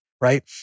right